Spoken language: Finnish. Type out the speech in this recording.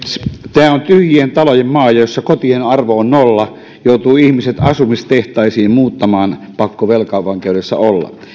tää on tyhjien talojen maa jossa kotien arvo on nolla joutuu ihmiset asumistehtaisiin muuttamaan pakko velkavankeudessa olla